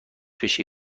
بشی